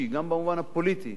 גם במובן הפוליטי,